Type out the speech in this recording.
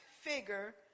figure